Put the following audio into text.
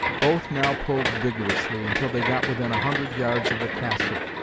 both now pulled vigorously until they got within a hundred yards of the castle,